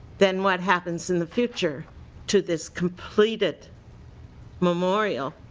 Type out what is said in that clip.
then what happens in the future to this completed memorial